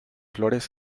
flores